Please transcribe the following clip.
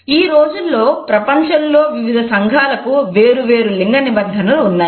ఈ రోజుల్లో ప్రపంచంలో వివిధ సంఘాలకు వేరు వేరు లింగనిబంధనలు ఉన్నాయి